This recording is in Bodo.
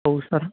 औ सार